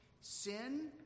Sin